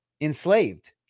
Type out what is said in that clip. enslaved